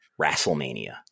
WrestleMania